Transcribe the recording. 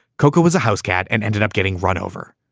coco was a house cat and ended up getting run over.